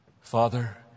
Father